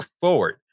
forward